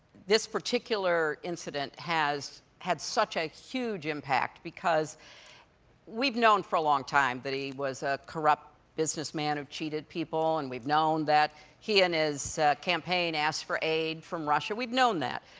this particular incident has had such a huge impact because we've known for a long time that he was a corrupt businessman who cheated people, and we've known that he and his campaign asked for aid from russia, we've known that,